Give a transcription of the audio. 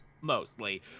mostly